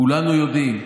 כולנו יודעים.